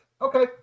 okay